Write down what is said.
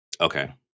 Okay